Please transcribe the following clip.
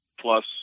plus